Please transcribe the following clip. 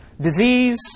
disease